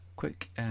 Quick